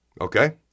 okay